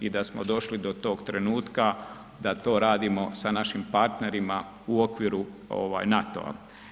I da smo došli do tog trenutka da to radimo sa našim partnerima u okviru ovaj NATO-a.